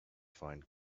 find